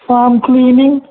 car cleaning